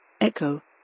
Echo